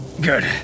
Good